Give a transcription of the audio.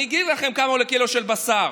אני אגיד לכם כמה עולה קילו של בשר.